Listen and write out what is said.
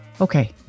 Okay